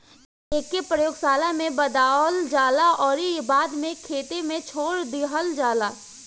एके प्रयोगशाला में बढ़ावल जाला अउरी बाद में खेते में छोड़ दिहल जाला